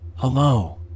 Hello